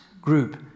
group